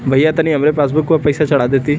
भईया तनि हमरे पासबुक पर पैसा चढ़ा देती